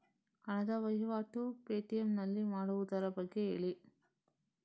ಹಣದ ವಹಿವಾಟು ಪೇ.ಟಿ.ಎಂ ನಲ್ಲಿ ಮಾಡುವುದರ ಬಗ್ಗೆ ಹೇಳಿ